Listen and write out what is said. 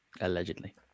allegedly